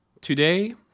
Today